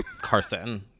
Carson